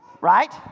right